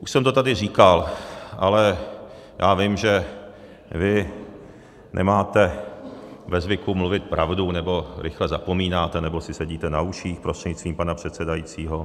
Už jsem to tady říkal, ale já vím, že vy nemáte ve zvyku mluvit pravdu nebo rychle zapomínáte nebo si sedíte na uších prostřednictvím pana předsedajícího.